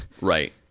Right